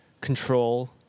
control